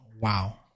Wow